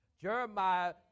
Jeremiah